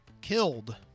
killed